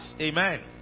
Amen